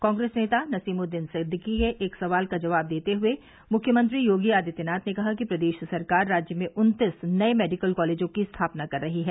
कांग्रेस नेता नसीमुद्दीन सिद्दीकी के एक सवाल का जवाब देते हुए मुख्यमंत्री योगी आदित्यनाथ ने कहा कि प्रदेश सरकार राज्य में उन्तीस नये मेडिकल कॉलेजों की स्थापना कर रही है